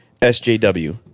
sjw